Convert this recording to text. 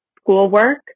schoolwork